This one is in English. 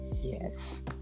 Yes